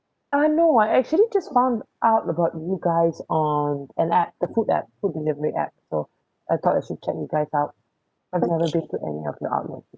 uh no I actually just found out about you guys on an app the food app food delivery app so I thought I should check you guys out I've not been to any of your outlets